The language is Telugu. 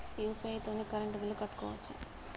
యూ.పీ.ఐ తోని కరెంట్ బిల్ కట్టుకోవచ్ఛా?